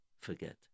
forget